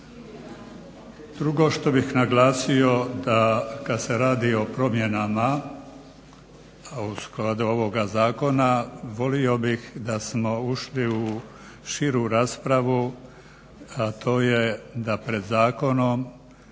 Drugo što bih naglasio, da kad se radi o promjenama u skladu ovoga zakona, volio bih da smo ušli u širu raspravu, a to je da pred zakonom